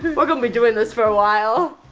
we're gonna be doing this for a while